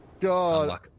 God